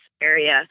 area